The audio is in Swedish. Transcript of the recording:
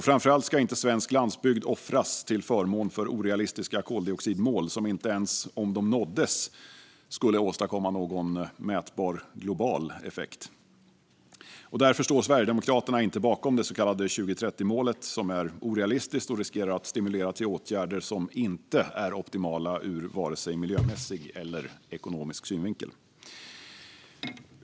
Framför allt ska inte svensk landsbygd offras till förmån för orealistiska koldioxidmål som inte ens om de nåddes skulle åstadkomma någon mätbar global effekt. Därför står Sverigedemokraterna inte bakom det så kallade 2030-målet, som är orealistiskt och riskerar att stimulera till åtgärder som inte är optimala ur vare sig miljömässig eller ekonomisk synvinkel.